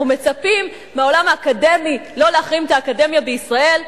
אנחנו מצפים מהעולם האקדמי לא להחרים את האקדמיה בישראל,